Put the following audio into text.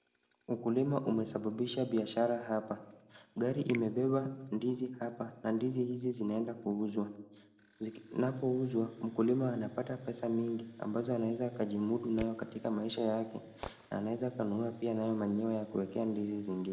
Ukulima umesababaisha biashara hapa. Gari imebeba ndizi hapa na ndizi hizi zinaenda kuuzwa. Zinapouzwa, mkulima anapata pesa nyingi ambazo anaweza akajimudu nayo katika maisha yake na anaeza akanunua pia [C] manure[C] ya kuweka ndizi zingine.